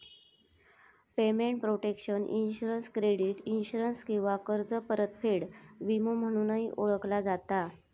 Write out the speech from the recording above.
payment protection insurance credit insurance किंवा कर्ज परतफेड विमो म्हणूनही ओळखला जाता